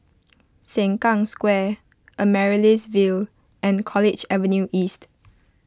Sengkang Square Amaryllis Ville and College Avenue East